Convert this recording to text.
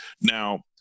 Now